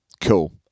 Cool